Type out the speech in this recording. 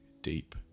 deep